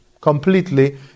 completely